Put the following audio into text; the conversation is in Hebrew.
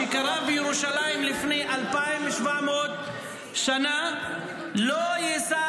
שקרה בירושלים לפני 2,700 שנים: "לא ישא